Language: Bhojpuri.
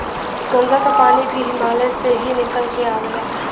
गंगा क पानी भी हिमालय से ही निकल के आवेला